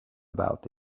about